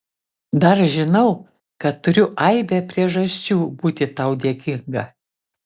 dar žinau kad turiu aibę priežasčių būti tau dėkinga